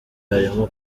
harimo